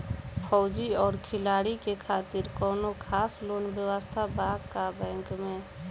फौजी और खिलाड़ी के खातिर कौनो खास लोन व्यवस्था बा का बैंक में?